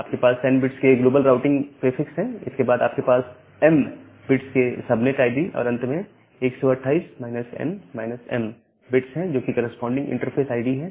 आपके पास n bits के ग्लोबल राउटिंग प्रीफिक्स हैं और इसके बाद आपके पास m बिट्स के सबनेट आईडी है और अंत में 128 n m बिट्स हैं जोकि कॉरस्पॉडिंग इंटरफेस आईडी है